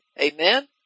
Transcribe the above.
Amen